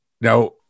Now